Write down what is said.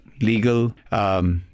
legal